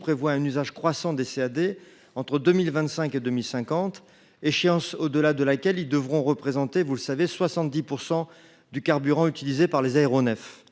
prévoit un usage croissant des CAD entre 2025 et 2050, échéance au delà de laquelle ils devront représenter 70 % du carburant utilisé par les aéronefs.